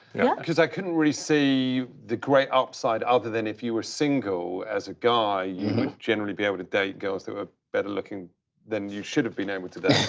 yeah. cause i couldn't really see the great upside other than if you were single as a guy you would generally be able to date girls that were better looking than you should have been able to date.